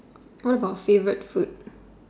what about favourite food